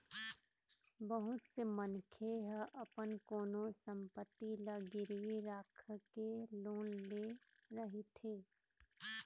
बहुत से मनखे ह अपन कोनो संपत्ति ल गिरवी राखके लोन ले रहिथे